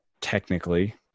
technically